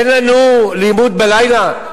אין לנו לימוד בלילה?